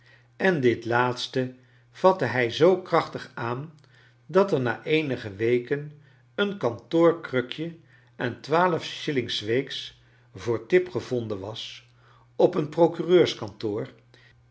en dit laatste vatte hij zoo krac htig aan dat er na eenige weken een kantoorkrakje en twaalf shillings s weeks voor tip gevonden was op een